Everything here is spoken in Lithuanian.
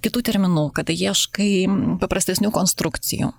kitų terminų kada ieškai paprastesnių konstrukcijų